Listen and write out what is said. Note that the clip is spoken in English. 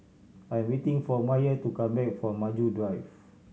I'm waiting for Myer to come back from Maju Drive